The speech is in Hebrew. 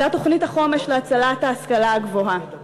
הייתה תוכנית החומש להצלת ההשכלה הגבוהה.